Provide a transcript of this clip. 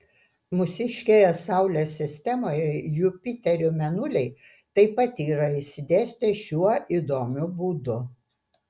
mūsiškėje saulės sistemoje jupiterio mėnuliai taip pat yra išsidėstę šiuo įdomiu būdu